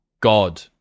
God